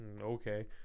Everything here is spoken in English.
Okay